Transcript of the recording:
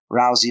Rousey